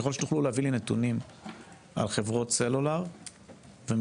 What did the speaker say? ככל שתוכלו להביא לי נתונים על חברות סלולר ומספרים,